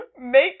make